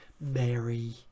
Mary